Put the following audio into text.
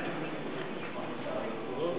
בדיוק.